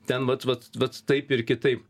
ten vat vat vat taip ir kitaip